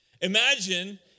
imagine